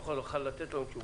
אף אחד לא יכל לתת לנו תשובה.